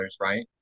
right